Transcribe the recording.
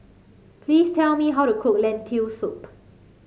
please tell me how to cook Lentil Soup